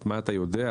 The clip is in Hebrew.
את מה אתה יודע?